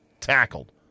Tackled